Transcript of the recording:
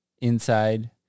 inside